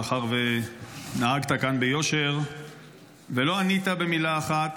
מאחר שנהגת כאן ביושר ולא ענית במילה אחת,